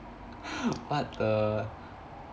what the